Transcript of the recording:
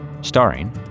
Starring